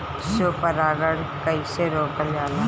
स्व परागण कइसे रोकल जाला?